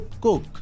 cook